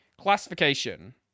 Classification